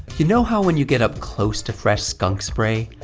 you know how when you get up close to fresh skunk spray,